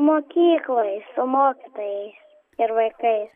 mokykloj su mokytojais ir vaikais